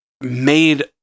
made